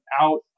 out